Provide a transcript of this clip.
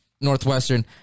Northwestern